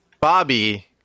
Bobby